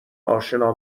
آشنا